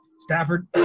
Stafford